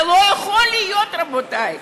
זה לא יכול להיות, רבותי.